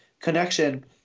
connection